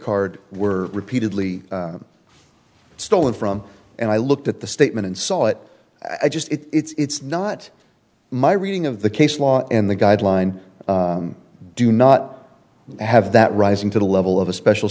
card were repeatedly stolen from and i looked at the statement and saw it i just it's not my reading of the case law and the guideline do not have that rising to the level of a special